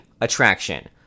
Attraction